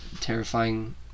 terrifying